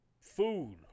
food